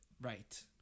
Right